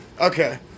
Okay